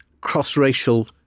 cross-racial